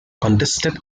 contested